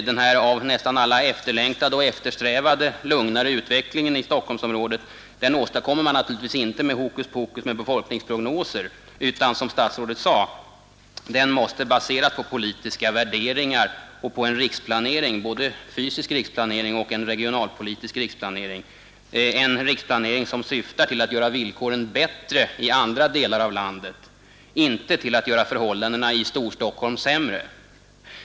Den av nästan alla efterlängtade och eftersträvade lugnare utvecklingen i Stockholmsområdet åstadkommer man naturligtvis inte med hokus pokus med befolkningsprognoserna, utan den måste, som statsrådet sade, baseras på politiska värderingar och på riksplanering, såväl fysisk som regionalpolitisk — en riksplanering som syftar till att göra villkoren bättre i andra delar av landet, inte till att göra förhållandena i Storstockholm sämre.